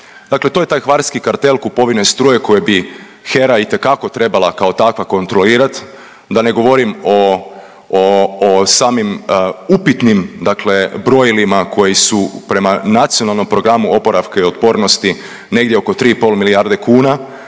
Dakle, to je taj hvarski kartel kupovine struje koje bi HERA itekako trebala kao takva kontrolirat. Da ne govorim o samim upitnim dakle brojilima koji su prema Nacionalnom programu oporavka i otpornosti negdje oko 3,5 milijarde kuna